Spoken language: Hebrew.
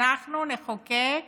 אנחנו נחוקק